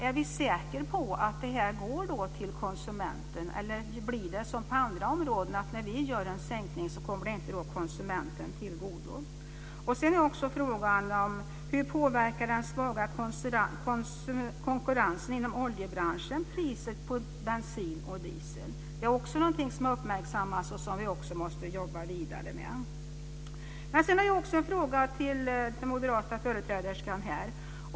Är vi säkra på att det kommer konsumenten till godo? Eller blir det som på andra områden, dvs. att en sänkning inte kommer konsumenten till godo? Och hur påverkar den svaga konkurrensen inom oljebranschen priset på bensin och diesel? Det är ju också något som har uppmärksammats och som vi måste jobba vidare med. Slutligen har jag en fråga till den moderata företrädaren här.